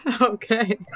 okay